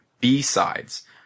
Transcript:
B-Sides